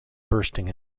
bursting